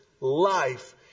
life